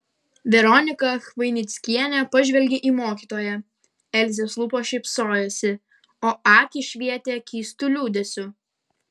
veronika chvainickienė pažvelgė į mokytoją elzės lūpos šypsojosi o akys švietė keistu liūdesiu